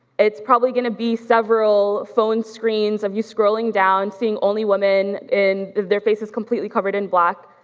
it's probably gonna be several phone screens of you scrolling down, seeing only women in, their faces completely covered in black,